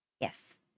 Yes